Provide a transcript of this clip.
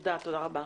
תודה רבה.